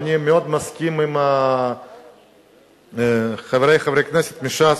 ואני מאוד מסכים עם חברי חברי הכנסת מש"ס,